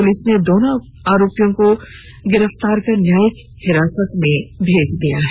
police ने दोनों आरोपियों को गिरफ्तार कर न्यायिक हिरासत में भेज दिया है